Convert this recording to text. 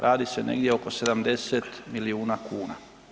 Radi se negdje oko 70 milijuna kuna.